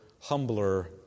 humbler